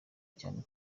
cyane